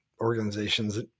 Organizations